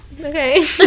Okay